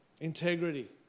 Integrity